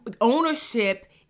ownership